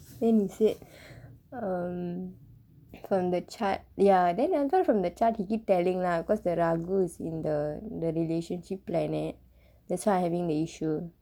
then he said um from the chart ya then after that from the chart he keep telling lah because the ராகு:raaku is in the relationship planet that's why I having the issue